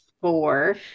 four